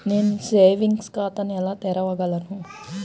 నేను సేవింగ్స్ ఖాతాను ఎలా తెరవగలను?